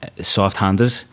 soft-handed